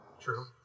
True